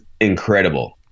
incredible